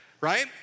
right